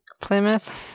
Plymouth